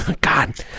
God